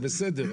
זה בסדר,